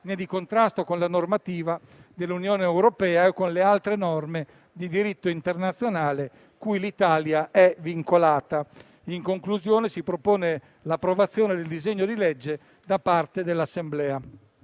né di contrasto con la normativa dell'Unione europea o con le altre norme di diritto internazionale cui l'Italia è vincolata. In conclusione, si propone l'approvazione del disegno di legge da parte dell'Assemblea.